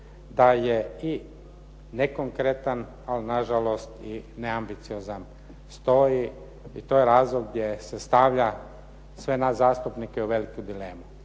da je nekonkretan, ali nažalost i neambiciozan, stoji i to je razlog gdje se stavlja sve nas zastupnike u veliku dilemu.